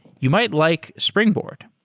you might like springboard.